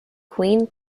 queen